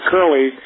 Curly